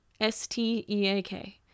S-T-E-A-K